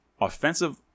offensive